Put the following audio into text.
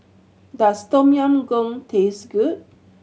does Tom Yam Goong taste good